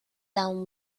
than